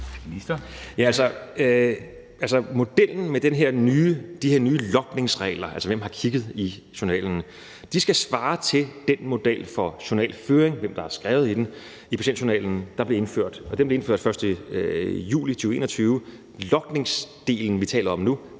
Modellen for de her nye logningsregler, altså om, hvem der har kigget i journalen, skal svare til den model for journalføring, i forhold til hvem der har skrevet i patientjournalen, der blev indført den 1. juli 2021. Logningsdelen, som vi taler om nu,